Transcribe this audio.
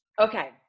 Okay